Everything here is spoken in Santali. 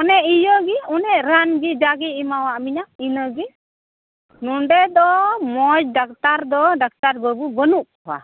ᱚᱱᱮ ᱤᱭᱟᱹ ᱜᱮ ᱚᱱᱮ ᱨᱟᱱ ᱜᱮ ᱡᱟᱜᱮᱭ ᱮᱢᱟᱣᱟᱜ ᱢᱮᱭᱟ ᱤᱱᱟᱹᱜᱮ ᱱᱚᱸᱰᱮ ᱫᱚ ᱢᱚᱡᱽ ᱰᱟᱠᱛᱟᱨ ᱫᱚ ᱰᱟᱠᱛᱟᱨ ᱵᱟᱹᱵᱩ ᱵᱟᱹᱱᱩᱜ ᱠᱚᱣᱟ